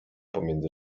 pomiędzy